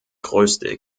größte